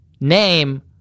Name